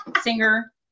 singer